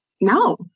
no